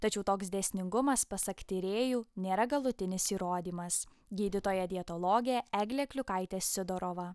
tačiau toks dėsningumas pasak tyrėjų nėra galutinis įrodymas gydytoja dietologė eglė kliukaitė sidorova